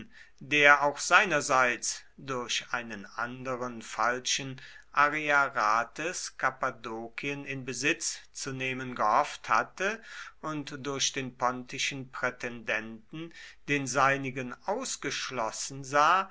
der auch seinerseits durch einen andern falschen ariarathes kappadokien in besitz zu nehmen gehofft hatte und durch den pontischen prätendenten den seinigen ausgeschlossen sah